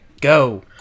go